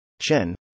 Chen